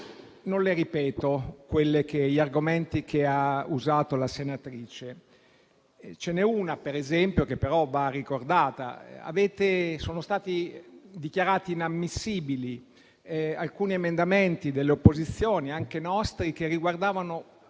non ripeto gli argomenti che ha usato. Una ragione, però, dev'essere ricordata. Sono stati dichiarati inammissibili alcuni emendamenti delle opposizioni, anche nostri, che riguardavano